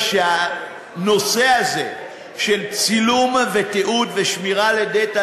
שהנושא הזה של צילום ותיעוד ושמירה לדאטה